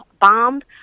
bombed